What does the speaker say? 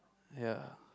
ya